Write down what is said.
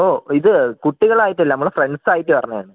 ഓ ഇത് കുട്ടികളായിട്ടല്ല നമ്മൾ ഫ്രണ്ട്സായിട്ട് വരുന്നത്